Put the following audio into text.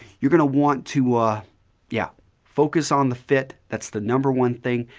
you're going to want to ah yeah focus on the fit, that's the number one thing,